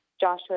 Joshua